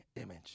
image